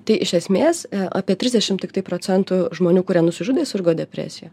tai iš esmės apie trisdešim tiktai procentų žmonių kurie nusižudė sirgo depresija